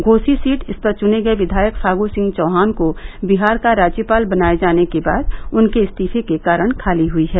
Ghosi seat इस पर चुने गए विघायक फागू सिंह चौहान को बिहार का राज्यपाल बनाए जाने के बाद उनके इस्तीफे के कारण खाली हुई है